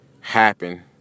happen